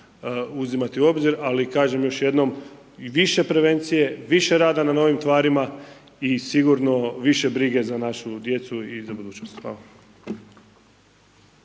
uzimati u obzir ali kažem još jednom, više prevencije, više rada na novim tvarima i sigurno više brige za našu djecu i za budućnost.